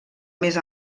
mes